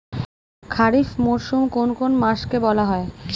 খারিফ মরশুম কোন কোন মাসকে বলা হয়?